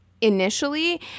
initially